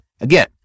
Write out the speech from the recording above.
Again